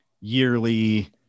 yearly